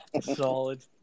solid